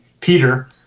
Peter